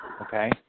Okay